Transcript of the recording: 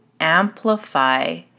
amplify